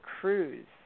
Cruise